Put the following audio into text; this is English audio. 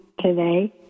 today